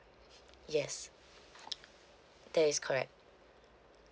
yes that is correct